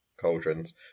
cauldrons